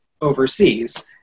overseas